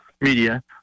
media